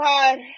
God